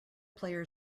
player